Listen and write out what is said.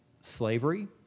slavery